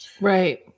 right